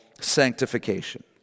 sanctification